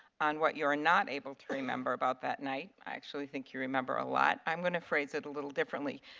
on what you are not able to remember about that night. i actually think you remember a lot and i'm going to phrase it a little differently.